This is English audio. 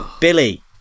Billy